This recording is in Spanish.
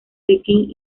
pekín